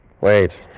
Wait